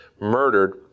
murdered